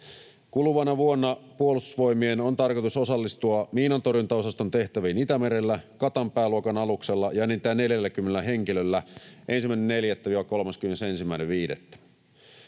Kuluvana vuonna Puolustusvoimien on tarkoitus osallistua miinantorjuntaosaston tehtäviin Itämerellä Katanpää-luokan aluksella ja enintään 40 henkilöllä 1.4.—31.5.